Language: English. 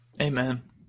amen